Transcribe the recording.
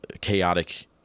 chaotic